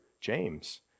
James